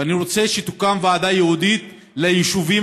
ואני רוצה שתוקם ועדה ייעודית ליישובים